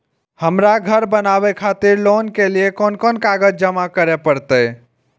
हमरा घर बनावे खातिर लोन के लिए कोन कौन कागज जमा करे परते?